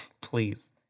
please